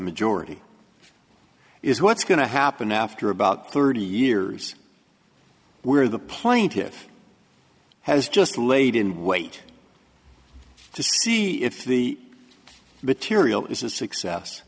majority is what's going to happen after about thirty years where the plaintiffs has just laid in wait to see if the material is a success